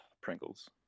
Pringles